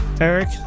Eric